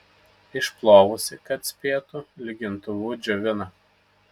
išplovusi kad spėtų lygintuvu džiovina